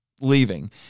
leaving